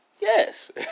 Yes